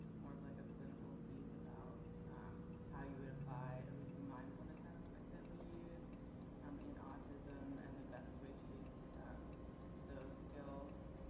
more of like a clinical piece about how you would apply, at least the mindfulness aspect that we use um in autism and the best way to use those skills.